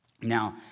Now